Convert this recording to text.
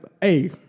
hey